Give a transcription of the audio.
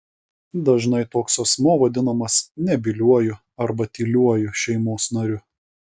dažnai toks asmuo vadinamas nebyliuoju arba tyliuoju šeimos nariu